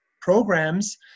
programs